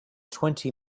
twenty